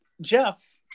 Jeff